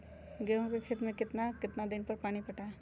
गेंहू के खेत मे कितना कितना दिन पर पानी पटाये?